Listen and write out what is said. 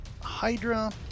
Hydra